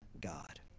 god